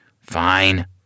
Fine